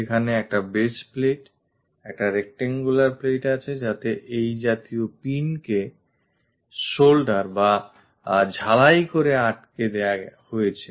সেখানে একটা base plate একটা rectangular plate আছেযাতে এই জাতীয় pinকে Solder বা ঝালাই করে আটকে দেওয়া হয়েছে